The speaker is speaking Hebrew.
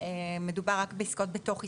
מדובר רק בעסקאות בתוך ישראל,